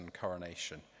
coronation